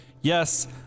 yes